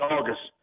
August